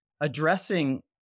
addressing